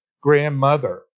grandmother